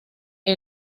que